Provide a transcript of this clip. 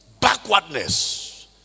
backwardness